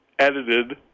edited